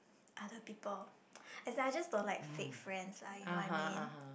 other people as I just don't like fake friends I you know what I mean